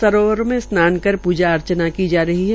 सरोवरों में स्नान कर पूजा अर्चना की जा रही है